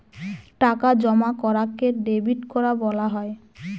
টাকা জমা করাকে ডেবিট করা বলা হয়